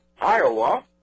Iowa